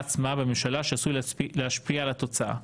עצמה בממשלה שעשוי להשפיע על התוצאה.